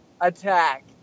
attack